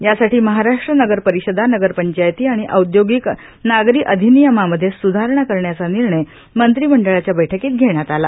यासाठी महाराष्ट्र नगरपरिषदा नगरपंचायती आणि औदोगिक नगरी अधिनियममध्ये सुधारणा करण्याचा निर्णय मंत्रिमंडळाच्या बैठकीत घेण्यात आला